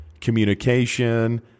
communication